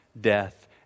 death